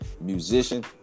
musician